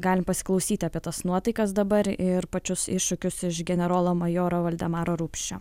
galim pasiklausyti apie tas nuotaikas dabar ir pačius iššūkius iš generolo majoro valdemaro rupšio